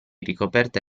ricoperta